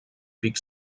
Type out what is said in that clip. pic